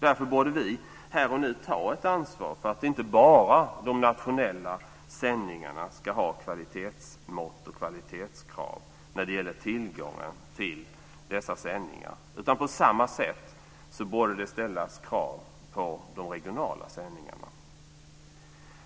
Därför borde vi här och nu ta ett ansvar för att inte bara de nationella sändningarna ska ha kvalitetsmått och kvalitetskrav när det gäller tillgången till dessa sändningar utan att det på samma sätt ställs krav på de regionala sändningarna.